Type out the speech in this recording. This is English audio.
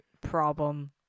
problem